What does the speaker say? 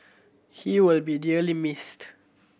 he will be dearly missed